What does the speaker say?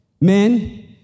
Men